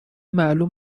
معلوم